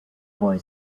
boy